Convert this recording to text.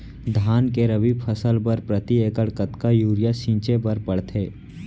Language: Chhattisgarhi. धान के रबि फसल बर प्रति एकड़ कतका यूरिया छिंचे बर पड़थे?